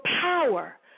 power